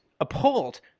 appalled